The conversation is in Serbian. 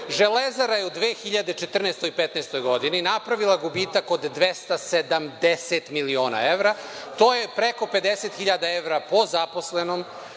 „Železara“ je u 2014. i 2015. godini napravila gubitak od 270 miliona evra. To je preko 50.000 evra po zaposlenom.